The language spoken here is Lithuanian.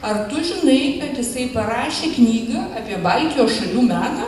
ar tu žinai kad jisai parašė knygą apie baltijos šalių meną